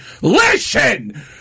Listen